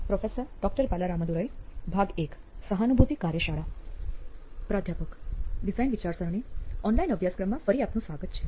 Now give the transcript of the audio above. પ્રાધ્યાપક ડિઝાઇન વિચારસરણી ઓનલાઇન અભ્યાસક્રમમાં ફરી આપનું સ્વાગત છે